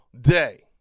day